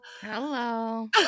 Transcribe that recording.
Hello